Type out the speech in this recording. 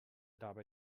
dabei